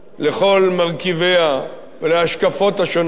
לכל מרכיביה ולהשקפות השונות.